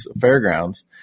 Fairgrounds